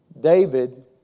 David